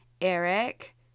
Eric